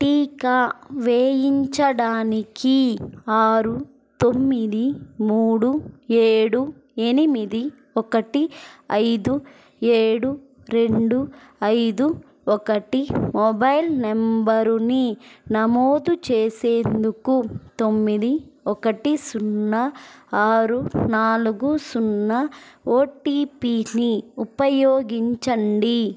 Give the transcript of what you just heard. టీకా వేయించడానికి ఆరు తొమ్మిది మూడు ఏడు ఎనిమిది ఒకటి ఐదు ఏడు రెండు ఐదు ఒకటి మొబైల్ నెంబరుని నమోదు చేసేందుకు తొమ్మిది ఒకటి సున్నా ఆరు నాలుగు సున్నా ఓటీపీని ఉపయోగించండి